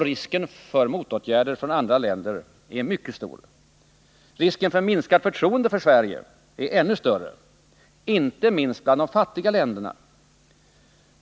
Risken för motåtgärder från andra länder är mycket stor. Risken för minskat förtroende för Sverige är ännu större, inte minst bland de fattiga länderna.